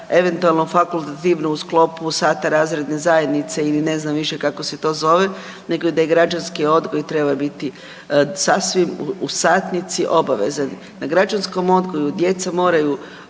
eventualno fakultativno u sklopu sata razredne zajednice ili ne znam više kako se to zove nego da građanski odgoj treba biti sasvim u satnici obavezan. Na građanskom odgoju djeca moraju